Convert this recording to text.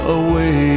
away